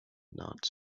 not